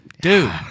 Dude